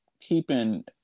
keeping